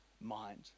mind